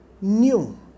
new